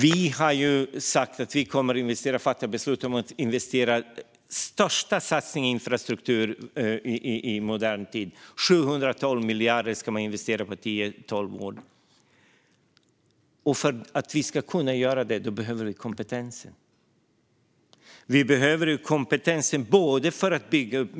Vi har ju sagt att vi kommer att fatta beslut om den största satsningen på infrastruktur i modern tid; 712 miljarder ska investeras på 10-12 år. För att vi ska kunna göra det behöver vi kompetens.